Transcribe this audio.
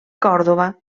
còrdova